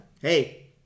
hey